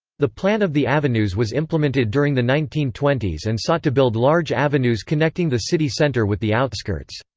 the plan of the avenues was implemented during the nineteen twenty s and sought to build large avenues connecting the city center with the outskirts.